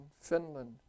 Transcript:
Finland